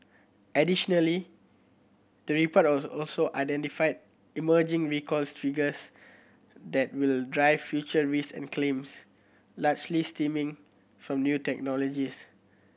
additionally the report also identified emerging recall triggers that will drive future risk and claims largely stemming from new technologies